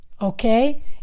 okay